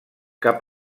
cap